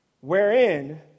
wherein